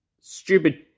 stupid